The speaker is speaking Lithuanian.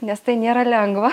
nes tai nėra lengva